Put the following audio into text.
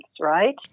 right